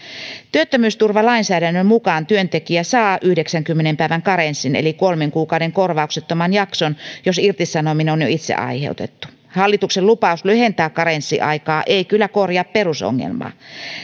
työttömyysturvalainsäädännön mukaan työntekijä saa yhdeksänkymmenen päivän karenssin eli kolmen kuukauden korvauksettoman jakson jos irtisanominen on itse aiheutettu hallituksen lupaus lyhentää karenssiaikaa ei kyllä korjaa perusongelmaa